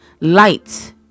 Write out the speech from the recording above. Light